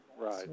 Right